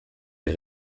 est